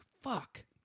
fuck